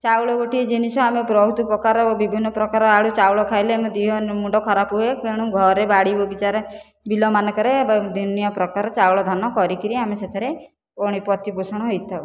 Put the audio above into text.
ଚାଉଳ ଗୋଟିଏ ଜିନିଷ ଆମେ ବହୁତ ପ୍ରକାରର ବିଭିନ୍ନ ପ୍ରକାରର ଆଡ଼ୁ ଚାଉଳ ଖାଇଲେ ଦେହ ମୁଣ୍ଡ ଖରାପ ହୁଏ ତେଣୁ ଘରେ ବାଡ଼ି ବଗିଚାରେ ବିଲ ମାନଙ୍କରେ ଦୁନଆଁ ପ୍ରକାରର ଚାଉଳ ଧାନ କରିକିରି ଆମେ ସେଥିରେ ପୁଣି ପ୍ରତିପୋଷଣ ହୋଇଥାଉ